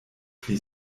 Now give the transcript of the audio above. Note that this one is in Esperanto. pli